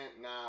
Nah